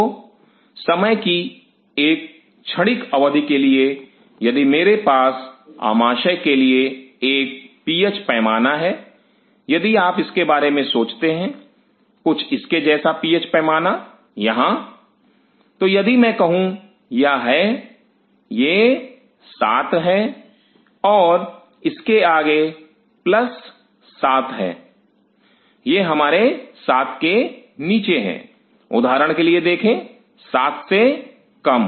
तो समय की एक क्षणिक अवधि के लिए यदि मेरे पास आमाशय के लिए एक पीएच पैमाना है यदि आप इसके बारे में सोचते हैं कुछ इसके जैसा पीएच पैमाना यहां तो यदि मैं कहूं यह है यह 7 है और इसके आगे प्लस 7 है यह हमारे 7 के नीचे हैं उदाहरण के लिए देखें 7 से कम